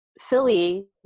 Philly